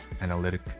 analytic